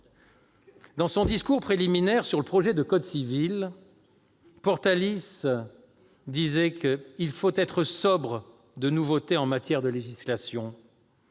Dans son discours préliminaire sur le projet de code civil, Portalis dit qu'« il faut être sobre de nouveautés en matière de législation,